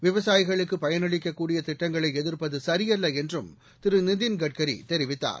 விவசாயிகளுக்கு பயனளிக்க்கூடிய திட்டங்களை எதிர்ப்பது சரியல்ல என்றும் திரு நிதின் கட்கரி தெரிவித்தார்